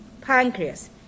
Pancreas